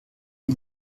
wie